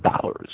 dollars